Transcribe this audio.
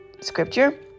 Scripture